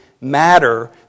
matter